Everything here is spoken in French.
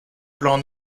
plan